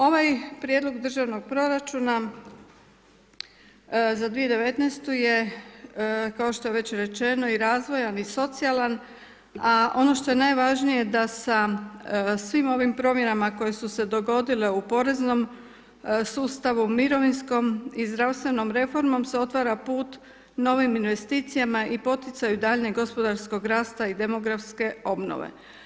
Ovaj prijedlog državnog proračuna, za 2019. je kao što je već rečeno i razvojna i socijalan, a ono što je najvažnije da sa svim ovim promjenama koje su se dogodile u poreznom sustavu, u mirovinskom i zdravstvenom reformom se otvara put novim investicijama i poticanju duljenjem gospodarskog rasta i demografske obnove.